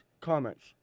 comments